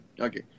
Okay